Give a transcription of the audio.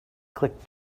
click